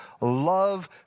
love